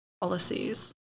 policies